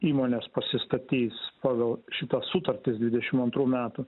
įmonės pasistatys pagal šitas sutartis dvidešim antrų metų